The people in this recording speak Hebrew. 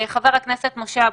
חבר הכנסת משה אבוטבול,